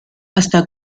hasta